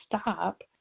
stop